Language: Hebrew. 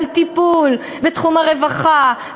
על טיפול בתחום הרווחה,